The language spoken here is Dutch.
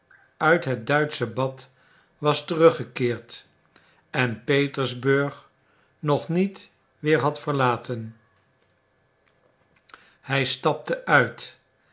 uit het duitsche bad was teruggekeerd en petersburg nog niet weer had verlaten hij stapte uit